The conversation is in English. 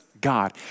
God